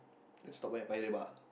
it stop at Paya-Lebar